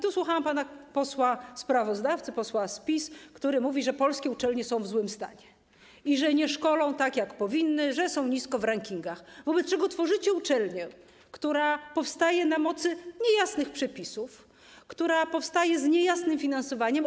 tu słuchałam pana posła sprawozdawcy, posła z PiS, który mówił, że polskie uczelnie są w złym stanie i że nie szkolą, tak jak powinny, że są nisko w rankingach, wobec czego tworzycie uczelnię, która powstaje na mocy niejasnych przepisów, z niejasnym finansowaniem.